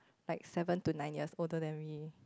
like seven to nine years older than me